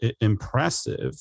impressive